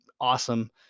awesome